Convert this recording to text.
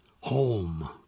home